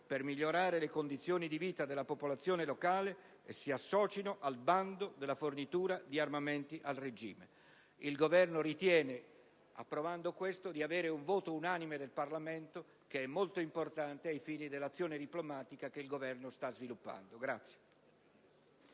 per migliorare le condizioni di vita della popolazione locale e si associno al bando della fornitura di armamenti al regime». Il Governo ritiene, con tali modifiche, di poter contare su un voto unanime del Parlamento, che è molto importante ai fini dell'azione diplomatica che sta sviluppando.